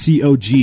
COG